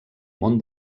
món